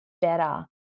better